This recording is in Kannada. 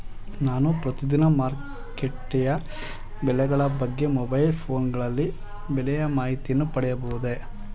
ನಾನು ಪ್ರತಿದಿನ ಮಾರುಕಟ್ಟೆಯ ಬೆಲೆಗಳ ಬಗ್ಗೆ ಮೊಬೈಲ್ ಫೋನ್ ಗಳಲ್ಲಿ ಬೆಲೆಯ ಮಾಹಿತಿಯನ್ನು ಪಡೆಯಬಹುದೇ?